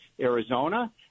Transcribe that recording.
Arizona